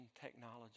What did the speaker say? technology